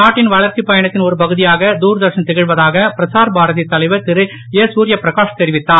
நாட்டின் வளர்ச்சிப் பயணத்தின் ஒரு பகுதியாக தூர்தர்ஷன் தகழ்வதாக பிரசார் பாரதி தலைவர் திருஏ தரியப்பிரகாஷ் தெரிவித்தார்